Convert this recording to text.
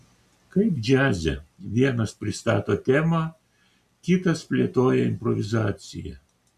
kaip džiaze vienas pristato temą kitas plėtoja improvizaciją